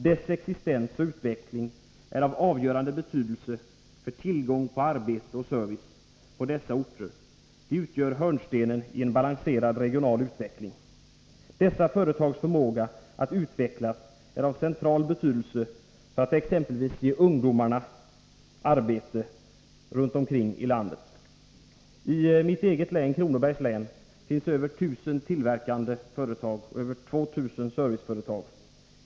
Deras existens och utveckling är av avgörande betydelse för tillgången på arbete och service på dessa orter. De utgör hörnstenar i en balanserad regional utveckling. Dessa företags förmåga att utvecklas är av central betydelse för att exempelvis ge ungdomarna arbete runt om i landet. I mitt eget län, Kronobergs län, finns över 1 000 tillverkande företag och över 2 000 serviceföretag.